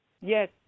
Yes